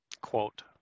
quote